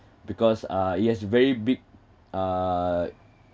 because uh it has very big uh